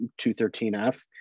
213F